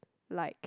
like